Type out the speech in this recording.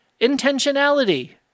intentionality